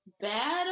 bad